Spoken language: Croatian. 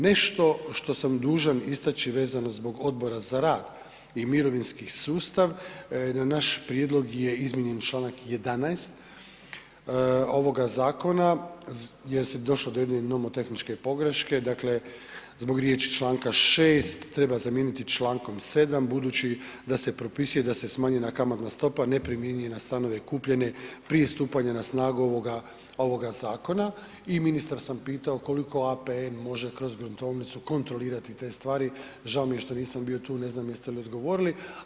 Nešto što sam dužan istaći vezano zbog Odbora za rad i mirovinski sustav, na naš prijedlog je izmijenjen čl. 11. ovoga zakona jer je došlo do jedne tehničke pogreške, dakle, zbog riječi čl. 6. treba zamijeniti čl. 7., budući da se propisuje i da se smanjena kamatna stopa ne primjenjuje na stanove kupljenje prije stupanja na snagu ovoga zakona i ministra sam pitao, koliko APN može kroz gruntovnicu kontrolirati te stvari, žao mi je što nisam bio tu, ne znam jeste li odgovorili.